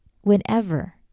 whenever